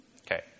Okay